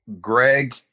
Greg